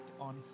on